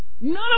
none